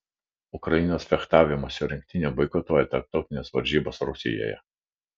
ukrainos fechtavimosi rinktinė boikotuoja tarptautines varžybas rusijoje